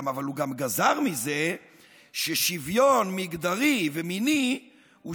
אבל הוא גם גזר מזה ששוויון מגדרי ומיני הוא